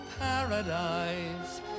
paradise